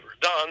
done